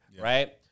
Right